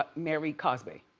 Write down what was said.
ah mary cosby.